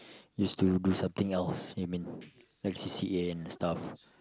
used to do something else you mean like c_c_a and stuff